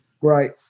Right